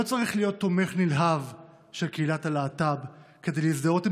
לא צריך להיות תומך נלהב של קהילת הלהט"ב כדי להזדהות עם